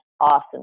awesome